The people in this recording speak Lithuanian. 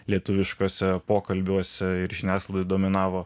lietuviškose pokalbiuose ir žiniasklaidoj minavo